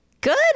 Good